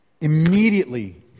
immediately